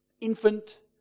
Infant